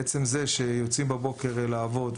עצם זה שיוצאים בבוקר לעבוד,